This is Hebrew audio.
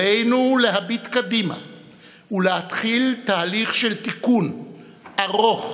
עלינו להביט קדימה ולהתחיל תהליך של תיקון ארוך,